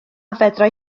fedrai